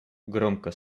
громко